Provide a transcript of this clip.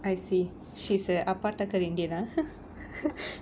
I see she's a அப்பாடக்கர்:appatakkar indian ah